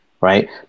right